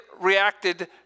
reacted